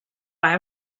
buy